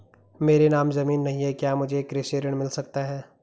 मेरे नाम ज़मीन नहीं है क्या मुझे कृषि ऋण मिल सकता है?